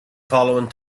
following